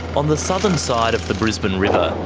on the southern side of the brisbane river,